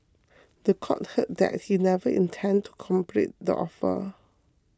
the court heard that he never intended to complete the offer